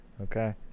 Okay